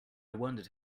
wondered